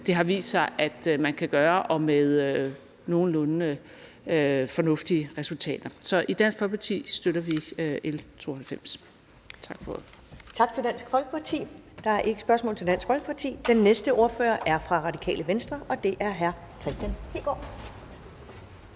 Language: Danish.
det har vist sig at man kan gøre med nogenlunde fornuftige resultater. Så i Dansk Folkeparti støtter vi L 92. Tak for ordet. Kl. 14:59 Første næstformand (Karen Ellemann): Tak til Dansk Folkeparti. Der er ikke spørgsmål til Dansk Folkeparti. Den næste ordfører er fra Radikale Venstre, og det er hr. Kristian Hegaard.